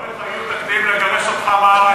דבריך היו תקדים לגרש אותך מהארץ,